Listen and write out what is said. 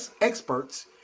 experts